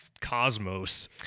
cosmos